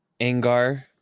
Angar